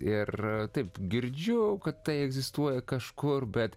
ir taip girdžiu kad tai egzistuoja kažkur bet